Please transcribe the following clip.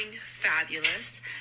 fabulous